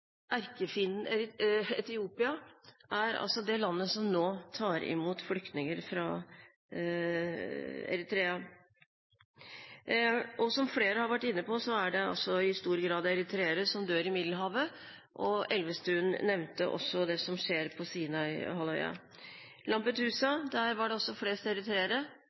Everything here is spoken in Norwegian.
erkefienden Etiopia er det landet som nå tar imot flyktninger fra Eritrea. Som flere har vært inne på, er det i stor grad eritreere som dør i Middelhavet. Representanten Elvestuen nevnte også det som skjer på Sinaihalvøya. Til Lampedusa kom det også flest eritreere.